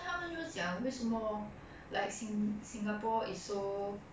singapore is like progress so much right but then 还有这种人在 suffer